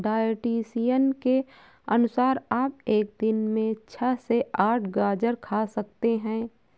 dietitian के अनुसार आप एक दिन में छह से आठ गाजर खा सकते हैं